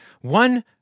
one